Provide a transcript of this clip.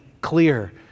clear